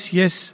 yes